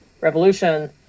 revolution